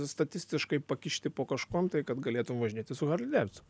statistiškai pakišti po kažkuom tai kad galėtum važinėti su harli deividson